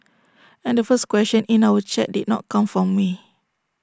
and the first question in our chat did not come from me